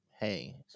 hey